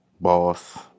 boss